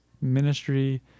ministry